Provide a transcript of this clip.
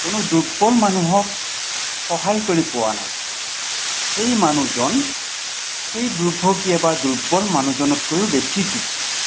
কোনো দুৰ্বল মানুহক সহায় কৰি পোৱা নাই সেই মানুহজন সেই দুৰ্ভগীয়া বা দুৰ্বল মানুহজনতকৈও বেছি দুৰ্ভগীয়া